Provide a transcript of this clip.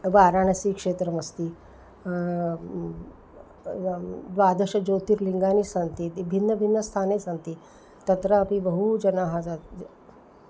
वाराणसीक्षेत्रमस्ति द्वादशज्योतिर्लिङ्गानि सन्ति इति भिन्नभिन्नस्थाने सन्ति तत्रापि बहुजनाः